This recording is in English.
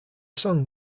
song